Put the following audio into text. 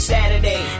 Saturday